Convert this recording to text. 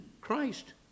Christ